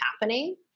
happening